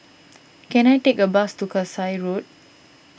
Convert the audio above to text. can I take a bus to Kasai Road